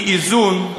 האי-איזון,